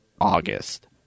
August